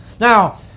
Now